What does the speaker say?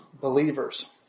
believers